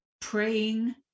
praying